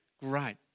great